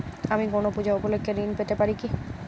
আমি কোনো পূজা উপলক্ষ্যে ঋন পেতে পারি কি?